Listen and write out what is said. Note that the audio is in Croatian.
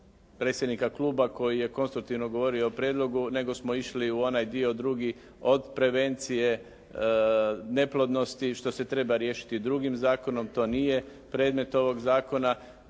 predsjednika kluba koji je konstruktivno govorio o prijedlogu nego smo išli u onaj dio drugi od prevencije neplodnosti što se treba riješiti drugim zakonom, to nije predmet ovog zakona.